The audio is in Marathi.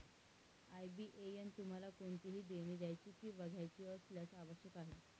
आय.बी.ए.एन तुम्हाला कोणतेही देणी द्यायची किंवा घ्यायची असल्यास आवश्यक आहे